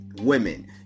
Women